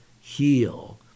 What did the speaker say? heal